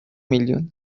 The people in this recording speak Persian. میلیون